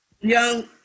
young